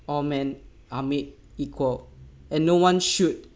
all man are made equal and no one should